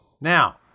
Now